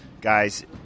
Guys